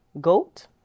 goat